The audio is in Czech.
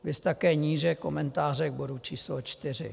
Viz také níže komentáře k bodu č. 4.